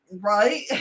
Right